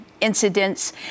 incidents